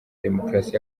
demokarasi